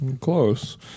Close